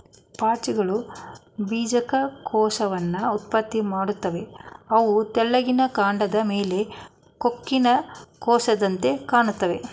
ಪಾಚಿಗಳು ಬೀಜಕ ಕೋಶವನ್ನ ಉತ್ಪತ್ತಿ ಮಾಡ್ತವೆ ಅವು ತೆಳ್ಳಿಗಿನ ಕಾಂಡದ್ ಮೇಲೆ ಕೊಕ್ಕಿನ ಕೋಶದಂತೆ ಕಾಣ್ತಾವೆ